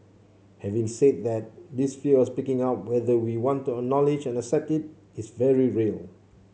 having said that this fear of speaking up whether we want to acknowledge and accept it is very real